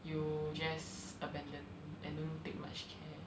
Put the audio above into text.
you just abandon and don't take much care